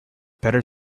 better